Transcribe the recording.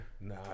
Nah